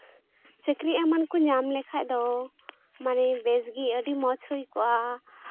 ᱪᱟᱹᱠᱨᱤ ᱮᱢᱟᱱ ᱠᱚ ᱧᱟᱢ ᱞᱮᱠᱷᱟᱡ ᱫᱚ ᱢᱟᱱᱮ ᱵᱮᱥ ᱜᱮ ᱟᱹᱰᱤ ᱢᱚᱡᱽ ᱦᱩᱭ ᱠᱚᱜᱼᱟ